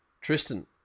Tristan